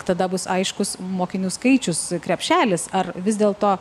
tada bus aiškus mokinių skaičius krepšelis ar vis dėlto